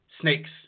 snakes